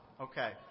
Okay